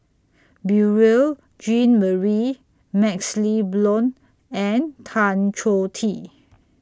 Beurel Jean Marie MaxLe Blond and Tan Choh Tee